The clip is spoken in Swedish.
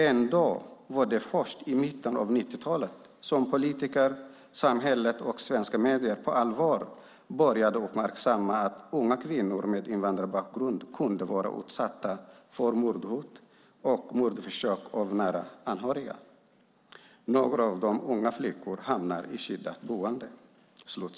Ändå var det först i mitten av 1990-talet som politiker, samhälle och svenska medier på allvar började uppmärksamma att unga kvinnor med invandrarbakgrund kunde vara utsatta för dödshot och mordförsök av nära anhöriga. Några av de unga flickorna hamnar i skyddat boende."